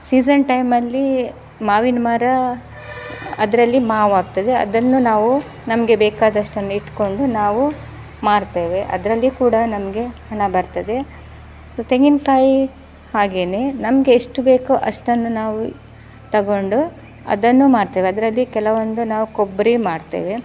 season ಟೈಮಲ್ಲಿ ಮಾವಿನ ಮರ ಅದರಲ್ಲಿ ಮಾವು ಆಗ್ತದೆ ಅದನ್ನು ನಾವು ನಮಗೆ ಬೇಕಾದಷ್ಟನ್ನು ಇಟ್ಕೊಂಡು ನಾವು ಮಾರ್ತೇವೆ ಅದರಲ್ಲಿ ಕೂಡ ನಮಗೆ ಹಣ ಬರ್ತದೆ ತೆಂಗಿನ ಕಾಯಿ ಹಾಗೇನೆ ನಮ್ಗೆ ಎಷ್ಟು ಬೇಕೋ ಅಷ್ಟನ್ನು ನಾವು ತಗೊಂಡು ಅದನ್ನು ಮಾರ್ತೇವೆ ಅದರಲ್ಲಿ ಕೆಲವೊಂದು ನಾವು ಕೊಬ್ಬರಿ ಮಾಡ್ತೇವೆ